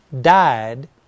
died